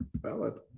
valid